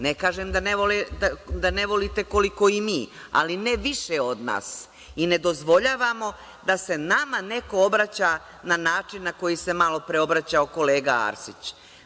Ne kažem da je ne volite koliko i mi, ali ne više od nas i ne dozvoljavamo da se nama neko obraća na način na koji se malopre obraćao kolega Arsić.